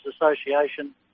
Association